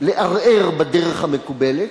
לערער בדרך המקובלת.